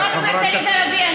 חברת הכנסת עליזה לביא,